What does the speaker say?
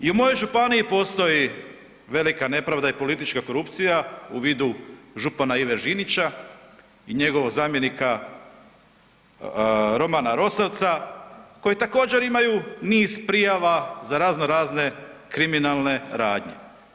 I u mojoj županiji postoji velika nepravda i politička korupcija u vidu župana Ive Žinića i njegovog zamjenika Romana Rosavca koji također imaju niz prijava za razno razne kriminalne radnje.